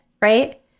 right